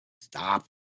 Stop